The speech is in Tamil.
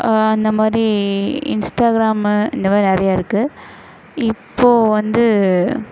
அந்த மாதிரி இன்ஸ்டாக்ராமு இந்த மாதிரி நிறைய இருக்குது இப்போது வந்து